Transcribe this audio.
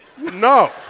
No